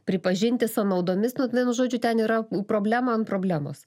pripažinti sąnaudomis nu vienu žodžiu ten yra problema an problemos